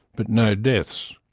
but no deaths.